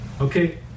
okay